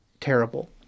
terrible